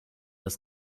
das